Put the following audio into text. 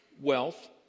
wealth